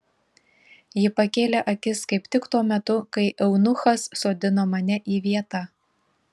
ji pakėlė akis kaip tik tuo metu kai eunuchas sodino mane į vietą